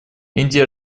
индия